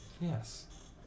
Yes